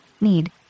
need